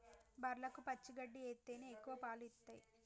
బర్లకు పచ్చి గడ్డి ఎత్తేనే ఎక్కువ పాలు ఇత్తయ్